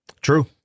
True